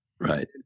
Right